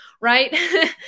right